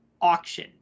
auction